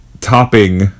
topping